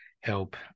help